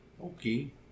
Okay